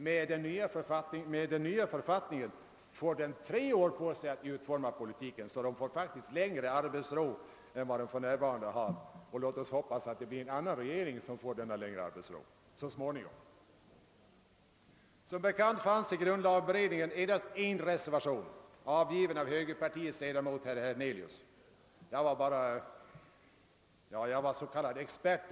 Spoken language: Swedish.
Med den nya författningen får den tre år på sig att utforma politiken, varför den faktiskt får längre arbetsro än vad den för närvarande har. Låt oss hoppas att det snart blir en annan regering som får denna längre arbetsro. Som bekant fanns i grundlagberedningen endast en reservation, avgiven av högerpartiets ledamot herr Hernelius. Jag var så kallad expert.